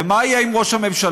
ומה יהיה עם ראש הממשלה?